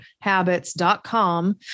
habits.com